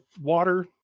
water